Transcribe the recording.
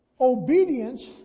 obedience